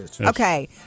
Okay